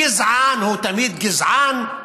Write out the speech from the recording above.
גזען הוא תמיד גזען,